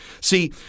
See